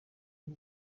y’u